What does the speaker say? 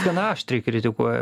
gana aštriai kritikuoja